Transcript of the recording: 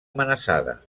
amenaçada